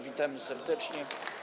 Witamy serdecznie.